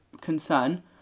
concern